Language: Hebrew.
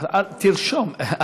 תרשום.